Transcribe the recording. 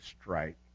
strike